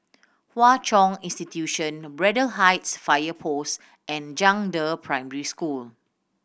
Hwa Chong Institution Braddell Heights Fire Post and Zhangde Primary School